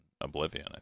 Oblivion